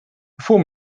four